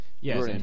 Yes